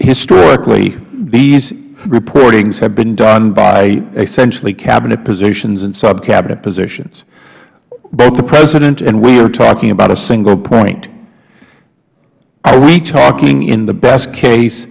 historically these reportings have been done by essentially cabinet positions and subcabinet positions both the president and we are talking about a single point are we talking in the best case